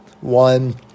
one